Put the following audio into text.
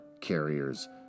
carriers